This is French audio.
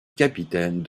capitaine